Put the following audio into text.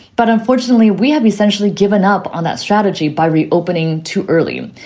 but unfortunately, we have essentially given up on that strategy by reopening too early,